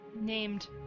named